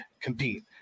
compete